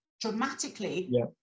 dramatically